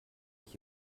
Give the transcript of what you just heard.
ich